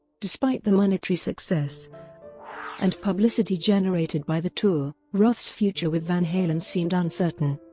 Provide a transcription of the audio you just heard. despite the monetary success and publicity generated by the tour, roth's future with van halen seemed uncertain.